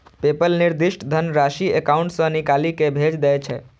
PayPal निर्दिष्ट धनराशि account सं निकालि कें भेज दै छै